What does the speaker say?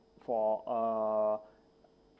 for uh